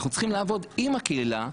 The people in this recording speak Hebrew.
אנחנו צריכים לעבוד עם הקהילה,